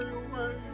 away